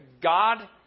God